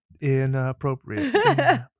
Inappropriate